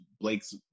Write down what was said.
Blake's